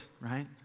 right